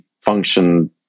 function